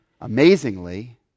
amazingly